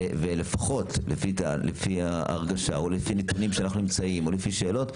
ולפחות לפי ההרגשה או לפי נתונים שנמצאים או לפי שאלות,